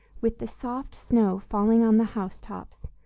with the soft snow falling on the housetops,